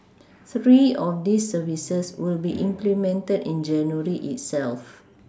three of these services will be implemented in January itself